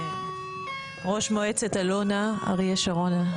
ראש מועצת אלונה אריה שרון.